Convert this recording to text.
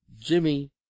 Jimmy